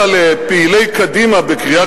בבקשה.